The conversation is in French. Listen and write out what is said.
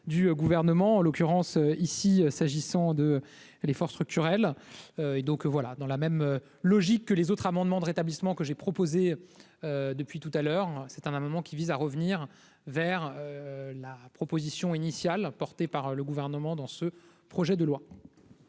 du gouvernement, en l'occurrence ici, s'agissant de l'effort structurel et donc voilà dans la même logique que les autres amendements de rétablissement que j'ai proposé depuis tout à l'heure, c'est un amendement qui vise à revenir vers la proposition initiale, porté par le gouvernement dans ce projet de loi.